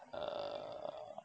err